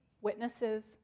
witnesses